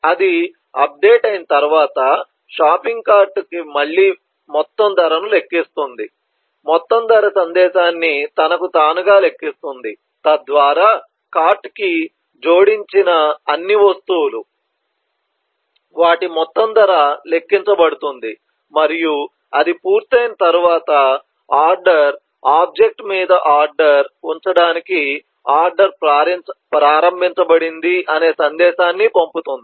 అది అప్డేట్ అయిన తర్వాత షాపింగ్ కార్ట్ మళ్ళీ మొత్తం ధరను లెక్కిస్తుంది మొత్తం ధర సందేశాన్ని తనకు తానుగా లెక్కిస్తుంది తద్వారా కార్ట్ కి జోడించిన అన్ని వస్తువులు వాటి మొత్తం ధర లెక్కించబడుతుంది మరియు అది పూర్తయిన తర్వాత ఆర్డర్ ఆబ్జెక్ట్ మీద ఆర్డర్ ఉంచడానికి ఆర్డర్ ప్రారంభించబడింది అనే సందేశాన్ని పంపుతుంది